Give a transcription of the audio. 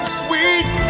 sweet